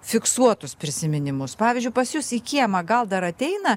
fiksuotus prisiminimus pavyzdžiui pas jus į kiemą gal dar ateina